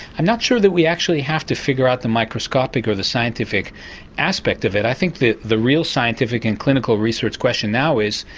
i'm not sure that we actually have to figure out the microscopic or the scientific aspect of it, i think the the real scientific and clinical research question now is,